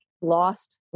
lost